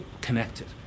connected